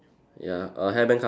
ya err hair band colour